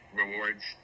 rewards